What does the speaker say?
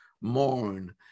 mourn